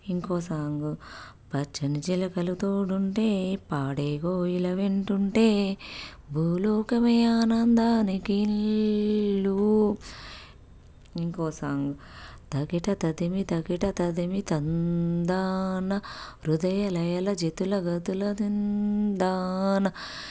ఇంకో సాంగు పచ్చని చిలకలు తోడుంటే పాడే కోయిల వెంటుంటే భూలోకమే ఆనందానికి ఇల్లు ఇంకో సాంగు తకిట తదిమి తకిట తదిమి తందాన హృదయ లయల జతుల గతుల తిల్లానా